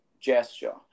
gesture